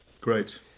Great